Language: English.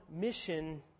mission